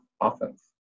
offense